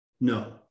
No